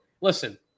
listen